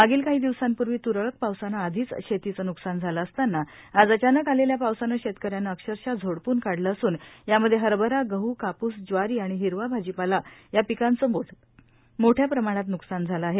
मागील काही दिवसांपूर्वी त्रळक पावसाने आधीच शेतीचे न्कसान झाले असतांना आज अचानक आलेल्या पावसाने शेतकऱ्यानं अक्षरशः झोडपून काढले असून यामध्ये हरभरा गह कापूस ज्वारी आणि हिरवा भाजीपाला या पिकांचे मोठया प्रमाणात नुकसान झाले आहे